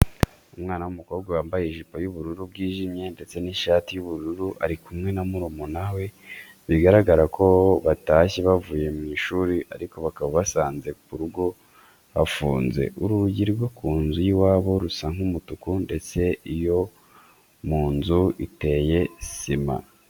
Umwana w'umukobwa wambaye ijipo y'ubururu bwijimye ndetse n'ishati y'ubururu ari kumwe na murumuna we bigaragara ko batashye bavuye ku ishuri ariko bakaba basanze mu rugo hafunze. Urugi rwo ku nzu y'iwabo rusa nk'umutuku ndetse iyo nzu iteye sima.